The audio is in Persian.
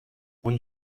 اون